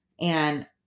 and-